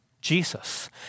Jesus